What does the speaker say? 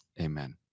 Amen